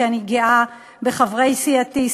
שאני גאה בחברי סיעתי,